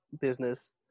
business